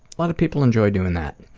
lot of people enjoy doing that.